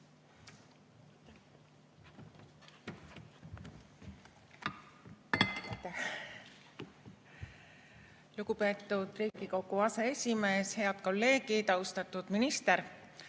Lugupeetud Riigikogu aseesimees! Head kolleegid! Austatud minister!